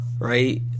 right